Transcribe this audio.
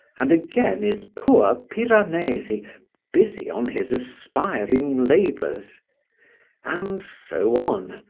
and again is poor piranesi busy on his aspiring labours and so on,